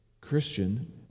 Christian